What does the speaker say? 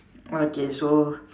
okay so